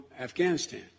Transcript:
Afghanistan